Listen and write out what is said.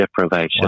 deprivation